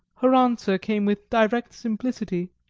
her answer came with direct simplicity,